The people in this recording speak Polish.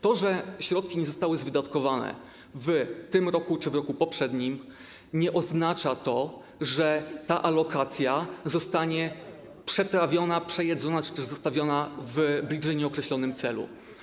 To, że środki nie zostały wydatkowane w tym roku czy w roku poprzednim, nie oznacza, że ta alokacja zostanie przetrawiona, przejedzona czy też zostawiona w bliżej nieokreślonym celu.